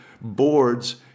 boards